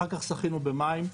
אחר כך שחינו במים,